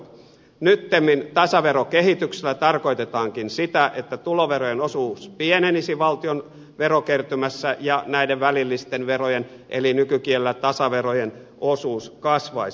nyttemmin tasaverokehityksellä tarkoitetaankin sitä että tuloverojen osuus pienenisi valtion verokertymässä ja näiden välillisten verojen eli nykykielellä tasaverojen osuus kasvaisi